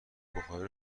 بخاری